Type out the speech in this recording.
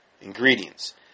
ingredients